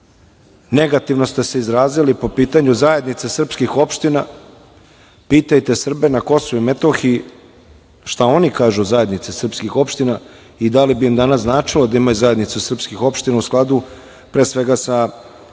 Negativno ste se izrazili po pitanju zajednica srpskih opština, pitajte Srbe na KiM, šta oni kažu zajednica srpskih opština i da li bi im danas značilo da imaju zajednicu srpskih opština u skladu pre svega sa